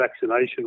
vaccination